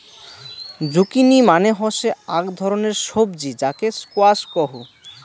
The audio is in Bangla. জুকিনি মানে হসে আক ধরণের সবজি যাকে স্কোয়াশ কহু